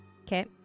Okay